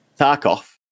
Tarkov